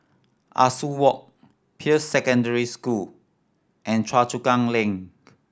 Ah Soo Walk Peirce Secondary School and Choa Chu Kang Link